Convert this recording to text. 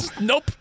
Nope